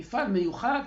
"מפעל מיוחד",